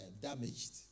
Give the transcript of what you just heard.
damaged